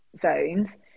zones